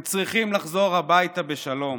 והם צריכים לחזור הביתה בשלום.